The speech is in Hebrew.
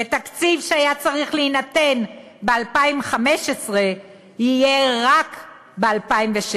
ותקציב שהיה צריך להינתן ב-2015 יהיה רק ב-2016.